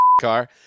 car